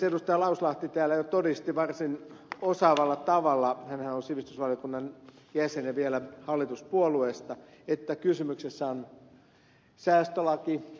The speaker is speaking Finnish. lauslahti täällä jo todisti varsin osaavalla tavalla hänhän on sivistysvaliokunnan jäsen ja vielä hallituspuolueesta että kysymyksessä on säästölaki